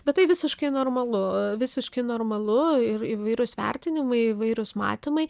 bet tai visiškai normalu visiškai normalu ir įvairūs vertinimai įvairūs matymai